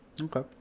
Okay